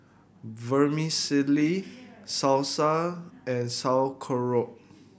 Vermicelli Salsa and Sauerkraut